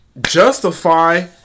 justify